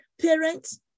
Parents